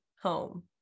home